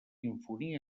infonia